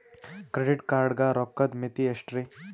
Credit card ಗ ರೋಕ್ಕದ್ ಮಿತಿ ಎಷ್ಟ್ರಿ?